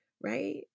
right